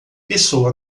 pessoa